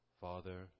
Father